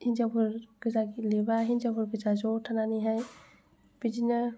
हिनजावफोर गोजा गेलेयोबा हिनजावफोर गोजा ज' थानानैहाय बिदिनो